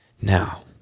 now